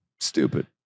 stupid